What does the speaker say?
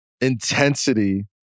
intensity